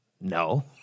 no